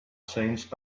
changed